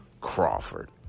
Crawford